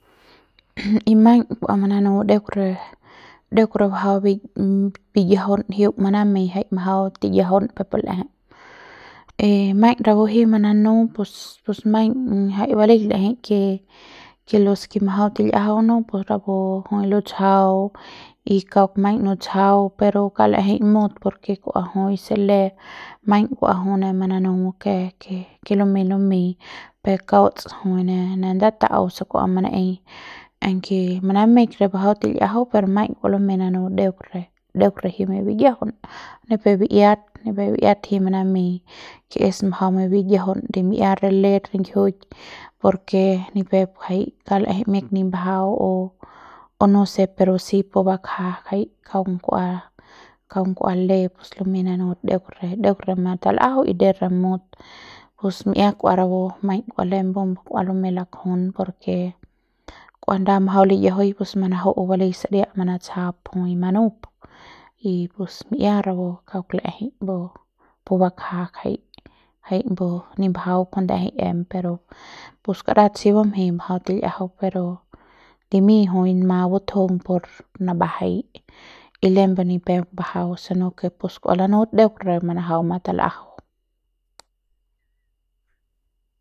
y maiñ kua mananu deuk re deuk re bajau bi biñajaun jiuk manamei jai majau tiñajaun pepu l'eje y maiñ rapu jiuk mananu pus pus maiñ jai balei l'ejei ke los ke majau til'iajau no pus rapu jui lutsjau y kauk maiñ nutsjau pero kauk la'ejei mut por ke kua jui se le maiñ kua jui ne mananu ke ke lumeiñ nameiñ peuk kauts jui ne ne ndata'au se kua manaei aunque manaeiñ bajau til'iajau per maiñ kua lumei nanu deuk re deuk juing mabiñajaun ni pe bi'iat ni pe bi'iat jiuk manamei ke es bajau mabiñajaun de mi'ia re let ringjiuk por ke ni pep jai kauk la'eje miak nip bajau o no se pero si pu bakja jai kaung kua kaung kua le pus lumeik nanut deuk re deuk re matal'ajau y deuk re mut pus mi'ia kua rapu maiñ kua lembu kua lumeiñ lakjun por ke kua nda majau liñajuiñ pus manaju'u balei saria manatsjau por jui manup y pus mi'ia rapu kauk la'ejei mbu pu bakja njai jai mbu nipbajau ngjai nda'ejei em pero pus karat si bumjeiñ majau til'iajau pero limiñ jui ma butjung por napbajai y lembe ni pep bajau si no ke pus kua lanut deuk re bajau matal'ajau.